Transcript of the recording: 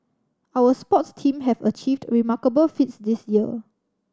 our sports team have achieved remarkable feats this year